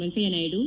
Venkaiah Naidu